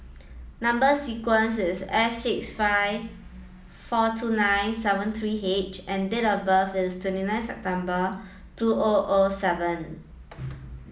number sequence is S six five four two nine seven three H and date of birth is twenty nine September two O O seven